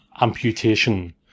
Amputation